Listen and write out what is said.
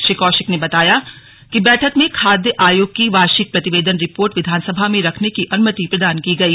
श्री कौशिक ने बताया कि बैठक में खाद्य आयोग की वार्षिक प्रतिवेदन रिपोर्ट विधानसभा में रखने की अनुमति प्रदान की गई